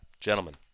gentlemen